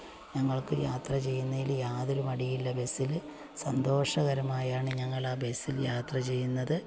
ഞങ്ങൾക്ക് യാത്ര ചെയ്യുന്നതില് യാതൊരു മടിയില്ല ബസ്സില് സന്തോഷകരമായാണ് ഞങ്ങൾ ആ ബെസ്സിൽ യാത്ര ചെയ്യുന്നത്